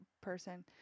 person